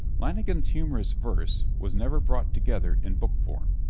lanigan's humorous verse was never brought together in book form.